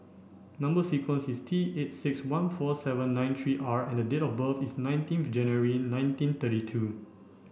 number sequence is T eight six one four seven nine three R and date of birth is nineteenth January nineteen thirty two